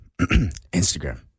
Instagram